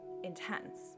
intense